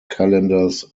calendars